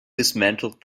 dismantled